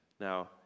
Now